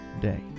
day